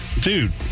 Dude